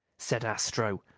said astro.